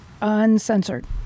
uncensored